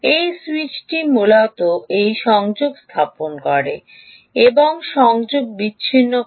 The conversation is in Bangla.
এই স্যুইচটি মূলত এই সংযোগ স্থাপন করে এবং সংযোগ বিচ্ছিন্ন করে